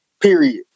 period